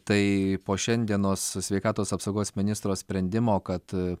tai po šiandienos sveikatos apsaugos ministro sprendimo kad